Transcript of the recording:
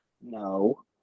No